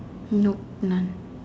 nope none